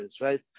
right